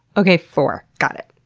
okay four! got it.